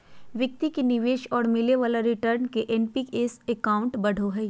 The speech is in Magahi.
व्यक्ति के निवेश और मिले वाले रिटर्न से एन.पी.एस अकाउंट बढ़ो हइ